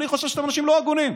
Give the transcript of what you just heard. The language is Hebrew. אני חושב שאתם אנשים לא הגונים.